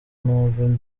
numva